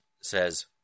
says